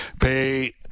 Pay